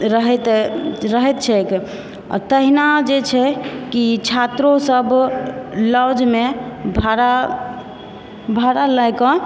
रहैत छैक आ तहिना जे छै की छात्रोसभ लॉजमे भाड़ा भाड़ा लयकऽ